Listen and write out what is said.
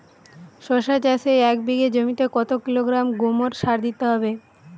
শশা চাষে এক বিঘে জমিতে কত কিলোগ্রাম গোমোর সার দিতে হয়?